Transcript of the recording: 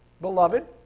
beloved